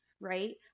right